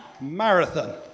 marathon